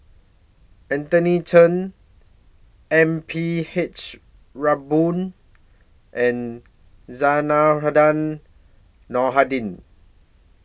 Anthony Chen M P H Rubin and Zainudin